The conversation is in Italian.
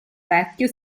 vecchio